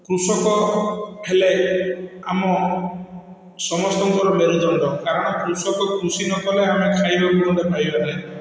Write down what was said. କୃଷକ ହେଲେ ଆମ ସମସ୍ତଙ୍କର ମେରୁଦଣ୍ଡ କାରଣ କୃଷକ କୃଷି ନ କଲେ ଆମେ ଖାଇବାକୁ ଗଣ୍ଡେ ପାଇବା ନାହିଁ